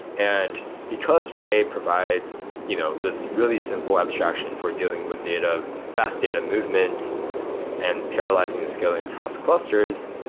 and because ray provides you know this really simple abstraction for dealing with data, fast data movement and parallelizing and scaling across clusters,